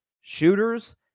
Shooters